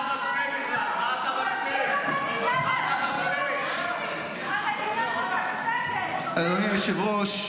המדינה משגשגת, אדוני היושב-ראש,